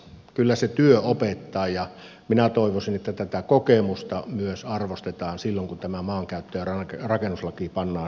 kyllä se työ opettaa ja minä toivoisin että tätä kokemusta myös arvostetaan silloin kun tämä maankäyttö ja rakennuslaki pannaan lopulliseen muotoon